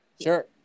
Sure